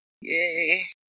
Yay